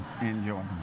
enjoy